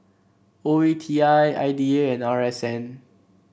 O E T I I D A and R S N